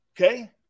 Okay